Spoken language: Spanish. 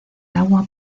agua